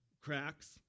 Cracks